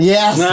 Yes